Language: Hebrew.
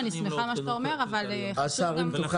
אני שמחה על מה שאתה אומר אבל חשוב גם לראות